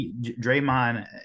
Draymond